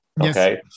okay